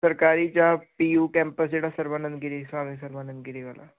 ਸਰਕਾਰੀ ਚਾਪ ਪੀਓ ਕੈਂਪਸ ਜਿਹੜਾ ਸਰਵਨ ਗਿਰੀਸਾ